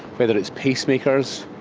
whether it's pacemakers,